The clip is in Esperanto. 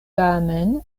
tamen